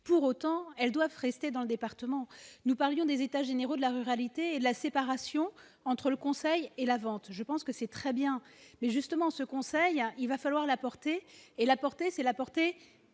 pour autant, elles doivent rester dans le département, nous parlions des états généraux de la ruralité et la séparation entre le conseil et la vente, je pense que c'est très bien mais justement ce conseil, il va falloir la portée et la portée, c'est la portée